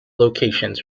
locations